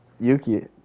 Yuki